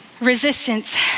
Resistance